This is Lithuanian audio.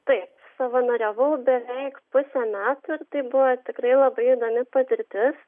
taip savanoriavau beveik pusę metų ir tai buvo tikrai labai įdomi patirtis